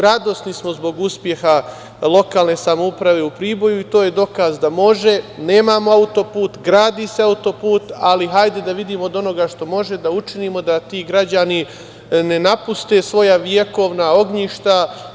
Radosni smo zbog uspeha lokalne samouprave u Priboju i to je dokaz da može, nemamo autoput, gradi se autoput, ali hajde da vidimo od onoga što može da učinimo da ti građani ne napuste svoja vekovna ognjišta.